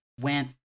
went